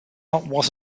was